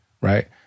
right